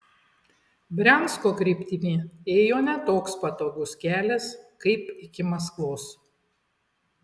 briansko kryptimi ėjo ne toks patogus kelias kaip iki maskvos